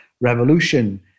revolution